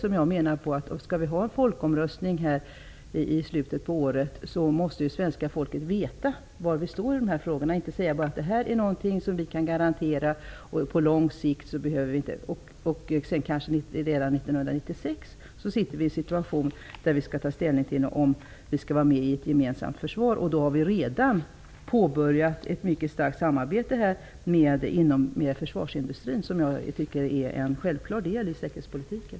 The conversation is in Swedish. Om vi skall ha en folkomröstning i slutet av året måste svenska folket veta var vi står i dessa frågor. Vi kan inte säga att detta är något som vi kan garantera på lång sikt om vi redan 1996 befinner oss i en situation där vi skall ta ställning till om vi skall vara med i ett gemensamt försvar. Då har vi redan påbörjat ett starkt samarbete med försvarsindustrin, som jag tycker är en självklar del av säkerhetspolitiken.